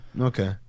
Okay